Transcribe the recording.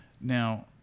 Now